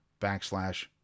backslash